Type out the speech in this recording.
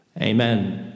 Amen